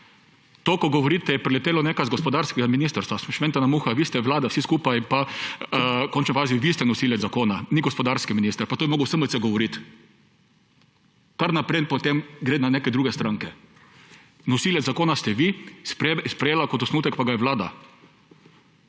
To, kar govorite, je priletelo nekaj z gospodarskega ministrstva, šmentana muha, vi ste vlada vsi skupaj in v končni fazi vi ste nosilec zakona, ni gospodarski minister, pa to bi moral SMC govoriti, kar naprej in potem gre na neke druge stranke. Nosilec zakona ste vi, sprejela kot osnutek pa ga je Vlada.